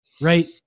right